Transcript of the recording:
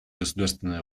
государственный